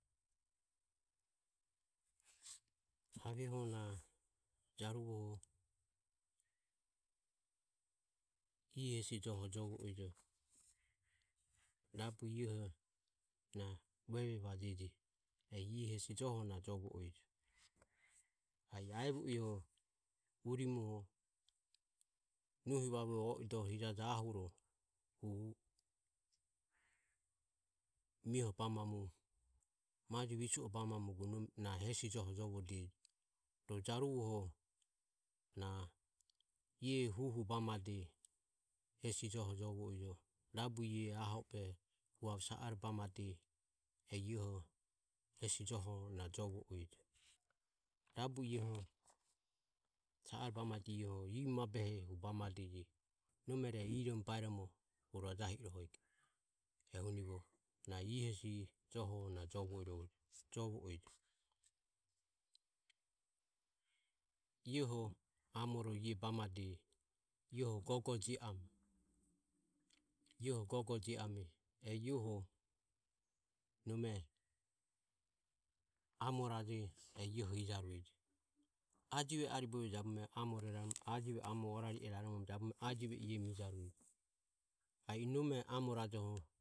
Aveho na jaruvoho ia hesi joho jovo ejo, rabu e ioho na uvevajeji e ioho hesi joho na jovo e ejo, aevo i oho urimoho nohi vavue o idore hijaje ahuro hu mie bamadeji hesi joho jovo ire e na ie huhu bamade hesi rabe hu ave sa are bamade hesi joho na jovo ejo. Sa are bamade ioho iromo bairomo hu rajahi rohego ehuni hesi joho na jovo ejo ioho amoro bamadeje ioho iae jio ame ie gogo jio ame e ioho nome amoraje e ioho ijaureje ajive e aribovio jabume ajive amore ariromo ajive ioho ijarueje a i nome amorajohuro.